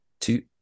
two